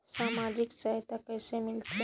समाजिक सहायता कइसे मिलथे?